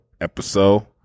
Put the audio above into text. episode